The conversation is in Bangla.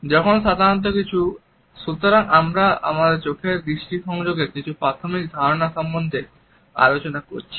যখন সাধারণত কিছু সুতরাং আজ আমরা চোখের দৃষ্টি সংযোগের কিছু প্রাথমিক ধারণা সম্বন্ধে আলোচনা করেছি